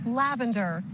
lavender